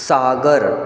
सागर